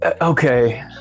okay